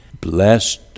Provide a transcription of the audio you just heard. blessed